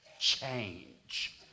change